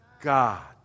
God